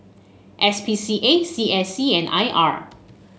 S P C A C A C and I R